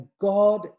God